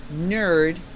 nerd